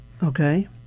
okay